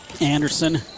Anderson